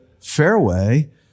fairway